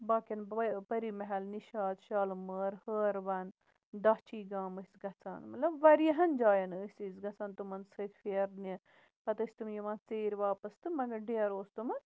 باقین پٔری محل نِشات شالمور ہٲروَن داچھی گام ٲسۍ گژھان مطلب واریاہَن جایَن ٲسۍ أسۍ گژھان تِمَن سۭتۍ پھیرنہِ پَتہٕ ٲسۍ تِم یِوان ژیٖر واپَس تہٕ مَگر ڈیرٕ اوس تِمن